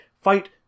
fight